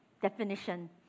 Definition